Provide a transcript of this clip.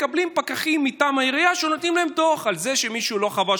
מקבלים פקחים מטעם העירייה שנותנים להם דוח על זה שמישהו לא חבש